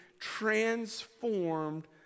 transformed